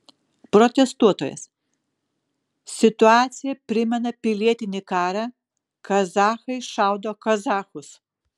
protestuotojas situacija primena pilietinį karą kazachai šaudo kazachus